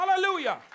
Hallelujah